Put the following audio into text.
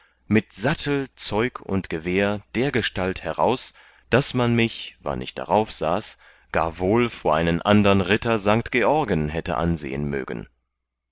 mit sattel zeug und gewehr dergestalt heraus daß man mich wann ich darauf saß gar wohl vor einen andern ritter st georgen hätte ansehen mögen